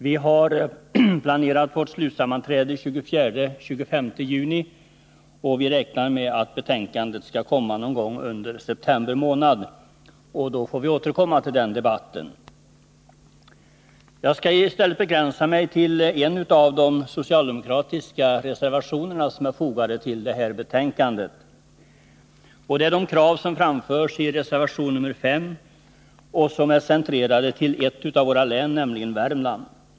Vi har planerat vårt sista sammanträde till den 24-25 juni, och vi räknar med att betänkandet skall kunna presenteras någon gång under september månad. Då får vi återkomma till den debatten. Jag skall i stället begränsa mig till en av de socialdemokratiska reservationer som är fogade till det här betänkandet. Det gäller de krav som framförs i reservation 5, vilka är centrerade till ett av våra län, nämligen Värmlands län.